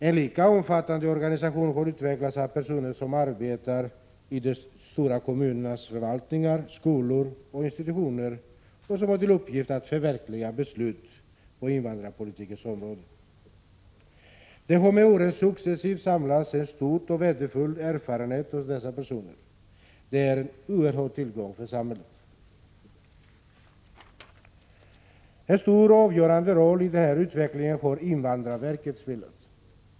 En mycket omfattande organisation har utvecklats av personer som arbetar i de stora kommunernas förvaltningar, skolor och institutioner och som har till uppgift att förverkliga beslut på invandrarpolitikens område. Det har med åren successivt samlats en stor och värdefull erfarenhet hos dessa personer. De är en oerhörd tillgång för samhället. En avgörande roll i denna utveckling har invandrarverket spelat.